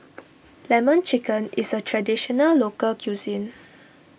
Lemon Chicken is a Traditional Local Cuisine